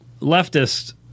leftist